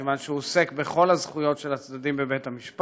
כיוון שהוא עוסק בכל הזכויות של הצדדים בבית המשפט,